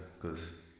Cause